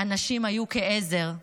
הנשים היו כעזר,